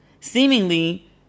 seemingly